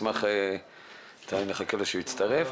נחכה לו שיצטרף.